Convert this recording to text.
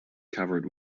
covered